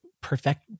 perfect